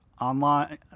online